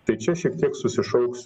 tai čia šiek tiek susišauksiu